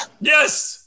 yes